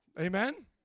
amen